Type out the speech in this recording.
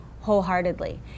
wholeheartedly